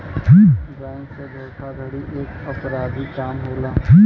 bank से धोखाधड़ी एक अपराधिक काम होला